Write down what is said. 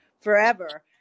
forever